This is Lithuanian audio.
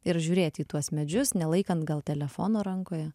ir žiūrėti į tuos medžius nelaikant gal telefono rankoje